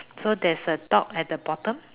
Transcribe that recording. so there's a dog at the bottom